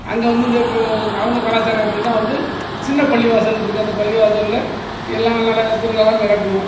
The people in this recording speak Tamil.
அங்கே வந்து இந்த த ப அவங்க கலாச்சாரம் எப்படின்னா வந்து சின்ன பள்ளிவாசல் இருக்குது அந்த பள்ளிவாசலில் எல்லா நல்ல திருவிழாலாம் நடக்கும்